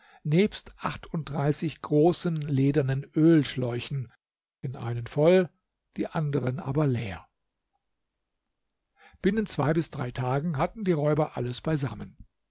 nebst achtunddreißig großen ledernen ölschläuchen den einen voll die anderen aber leer binnen zwei bis drei tagen hatten die räuber alles beisammen